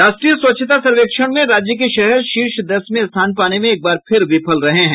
राष्ट्रीय स्वच्छता सर्वेक्षण में राज्य के शहर शीर्ष दस में स्थान पाने में एक बार फिर विफल रहे हैं